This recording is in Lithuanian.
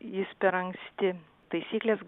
jis per anksti taisyklės